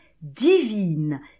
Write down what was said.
divine